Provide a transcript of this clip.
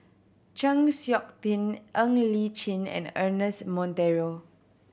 Chng Seok Tin Ng Li Chin and Ernest Monteiro